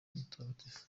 mutagatifu